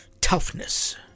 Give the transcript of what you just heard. toughness